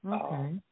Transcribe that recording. Okay